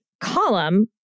column